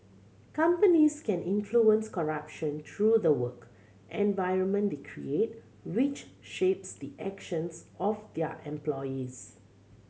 companies can influence corruption through the work environment they create which shapes the actions of their employees